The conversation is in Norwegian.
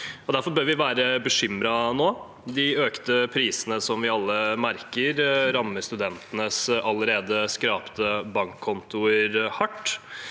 Derfor bør vi være bekymret nå. De økte prisene, som vi alle merker, rammer studentenes allerede bunnskrapte bankkontoer hardt.